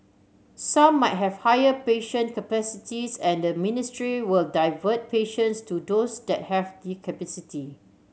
some might have higher patient capacity and the ministry will divert patients to those that have the capacity